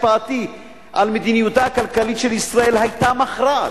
השפעתי על מדיניותה הכלכלית של ישראל היתה מכרעת.